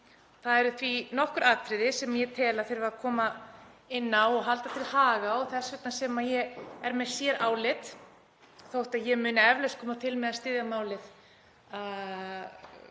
Því eru nokkur atriði sem ég tel að þurfi að koma inn á og halda til haga og þess vegna er ég með sérálit, þótt ég muni eflaust koma til með að styðja málið